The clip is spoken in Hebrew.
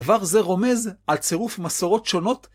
כבר זה רומז על צירוף מסורות שונות.